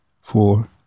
four